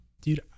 dude